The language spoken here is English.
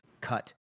cut